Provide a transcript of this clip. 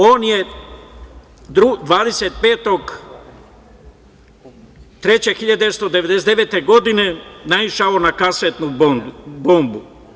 On je 25. marta 1999. godine naišao na kasetnu bombu.